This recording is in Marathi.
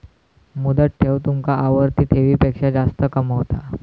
मुदत ठेव तुमका आवर्ती ठेवीपेक्षा जास्त कमावता